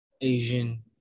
Asian